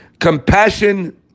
Compassion